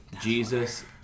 Jesus